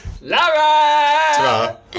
Laura